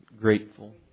grateful